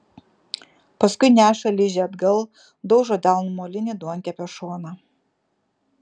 paskui neša ližę atgal daužo delnu molinį duonkepio šoną